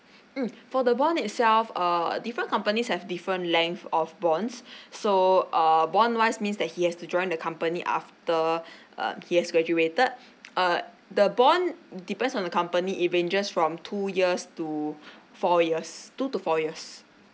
mm for the one itself err different companies have different length of bonds so uh bond wise means that he has to join the company after uh he has graduated err the bond depends on the company it ranges from two years to four years two to four years